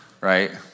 right